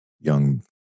young